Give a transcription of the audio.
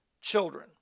children